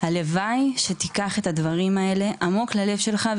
הלוואי שתיקח את הדברים האלה עמוד ללב שלך,